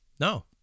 No